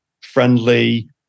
friendly